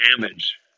damage